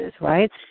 right